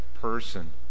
person